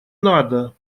надо